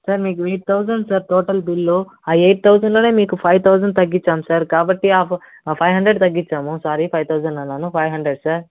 sir మీకు eight thousand sir total bill ఆ eight థౌజండ్లోనే మీకు ఫైవ్ థౌజండ్ తగ్గించాను సార్ కాబట్టి ఆ ఫైవ్ హండ్రడ్ తగ్గిచ్చాము సారీ ఫైవ్ థౌజండ్ అన్నాను ఫైవ్ హండ్రడ్ సార్